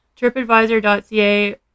TripAdvisor.ca